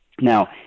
now